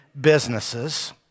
businesses